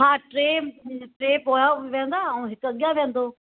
हा टे टे पोयां विहंदा ऐं हिकु अॻियां विहंदो